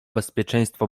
bezpieczeństwa